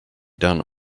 done